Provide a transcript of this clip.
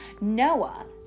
Noah